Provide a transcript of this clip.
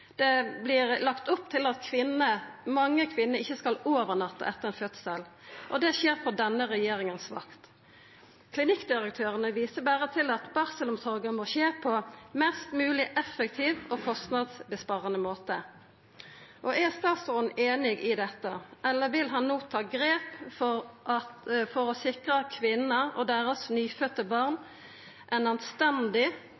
Det vert lagt opp til at mange kvinner ikkje skal overnatta etter fødselen – og det skjer på vakta til denne regjeringa. Klinikkdirektørane viser berre til at barselomsorga må skje på ein mest mogleg effektiv måte med minst mogleg kostnader. Er statsråden einig i dette, eller vil han no ta grep for å sikra kvinner og deira nyfødde